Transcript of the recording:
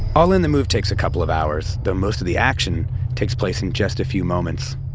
all in the move takes a couple of hours, though most of the action takes place in just a few moments.